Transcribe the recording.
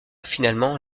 finalement